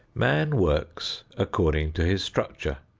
man works according to his structure.